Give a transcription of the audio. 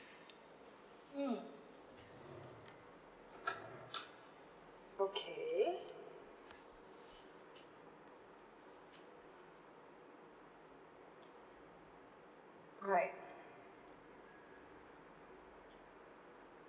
mm okay alright